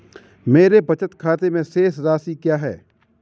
मेरे बचत खाते में शेष राशि क्या है?